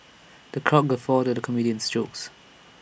the crowd guffawed at the comedian's jokes